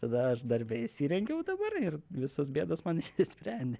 tada aš darbe įsirengiau dabar ir visos bėdos man išsisprendė